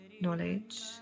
knowledge